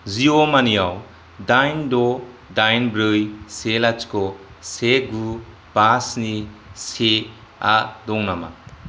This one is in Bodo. जिअ मानियाव दाइन द' दाइन ब्रै से लाथिख' से गु बा स्नि से आ दं नामा